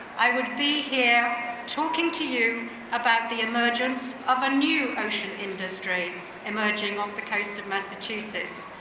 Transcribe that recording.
i would be here talking to you about the emergence of a new ocean industry emerging off the coast of massachusetts?